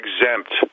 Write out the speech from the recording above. exempt